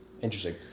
Interesting